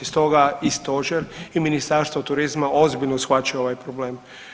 Stoga i stožer i Ministarstvo turizma ozbiljno shvaća ovaj problem.